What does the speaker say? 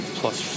plus